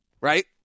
right